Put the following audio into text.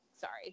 Sorry